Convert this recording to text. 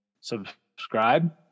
subscribe